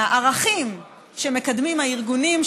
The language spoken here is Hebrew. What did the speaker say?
מהערכים שמקדמים הארגונים,